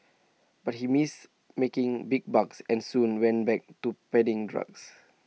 but he missed making big bucks and soon went back to peddling drugs